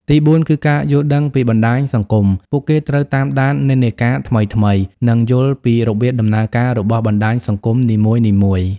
ទីបួនគឺ ការយល់ដឹងពីបណ្តាញសង្គម។ ពួកគេត្រូវតាមដាននិន្នាការថ្មីៗ និងយល់ពីរបៀបដំណើរការរបស់បណ្តាញសង្គមនីមួយៗ។